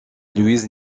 louise